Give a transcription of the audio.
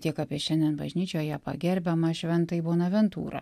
tiek apie šiandien bažnyčioje pagerbiamąjį šventąjį bonaventūrą